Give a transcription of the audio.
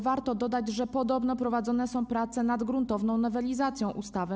Warto dodać, że podobno prowadzone są prace nad gruntowną nowelizacją ustawy.